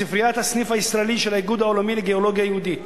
ספריית הסניף הישראלי של האיגוד העולמי לגנאלוגיה יהודית,